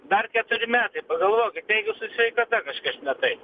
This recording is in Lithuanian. dar keturi metai pagalvokit jeigu su sveikata kažkas ne taip